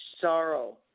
sorrow